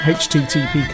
http